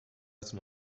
dazu